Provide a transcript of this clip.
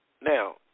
now